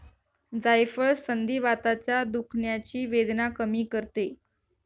जायफळ संधिवाताच्या दुखण्याची वेदना कमी करते